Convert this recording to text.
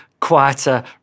quieter